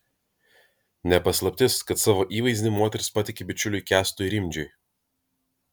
ne paslaptis kad savo įvaizdį moteris patiki bičiuliui kęstui rimdžiui